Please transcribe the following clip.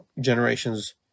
generations